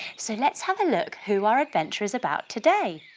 so let's have a look who our adventure is about today.